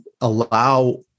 allow